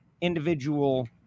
individual